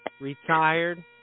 retired